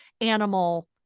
animal